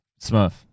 Smurf